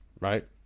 right